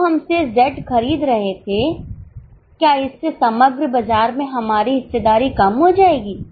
जो हमसे Z खरीद रहे थे क्या इससे समग्र बाजार में हमारी हिस्सेदारी कम हो जाएगी